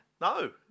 No